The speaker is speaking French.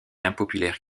impopulaire